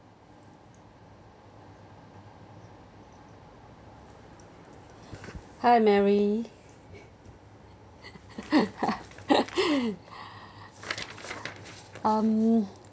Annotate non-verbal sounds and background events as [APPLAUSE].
hi mary [LAUGHS] um